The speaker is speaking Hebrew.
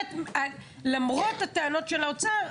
למרות הטענות של האוצר,